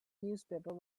newspaper